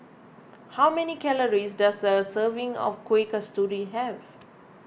how many calories does a serving of Kueh Kasturi have